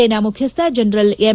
ಸೇನಾ ಮುಖ್ಯಸ್ಥ general M